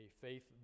faith